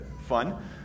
fun